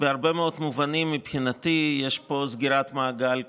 בהרבה מאוד מובנים מבחינתי יש פה סגירת מעגל כפול: